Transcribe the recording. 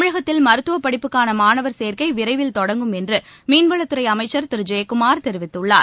தமிழகத்தில் மருத்துவபடிப்பக்கானமாணவர் சேர்க்கைவிரைவில் தொடங்கும் என்றுமீன் வளத்துறைஅமைச்சர் திருஜெயக்குமார் தெரிவித்துள்ளார்